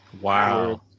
Wow